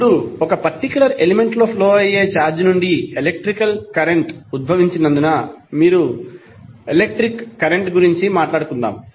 ఇప్పుడు ఒక particular element లో ఫ్లో అయ్యే ఛార్జ్ నుండి ఎలక్ట్రిక్ కరెంటు ఉద్భవించినందున మనం ఎలక్ట్రిక్ కరెంట్ గురించి మాట్లాడుదాం